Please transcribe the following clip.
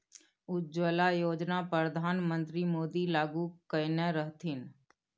उज्जवला योजना परधान मन्त्री मोदी लागू कएने रहथिन